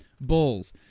Balls